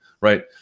right